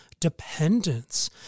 dependence